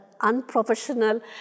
unprofessional